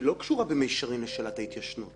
אולי באמת האיש נסע מנע מרצונו?